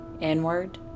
inward